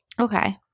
okay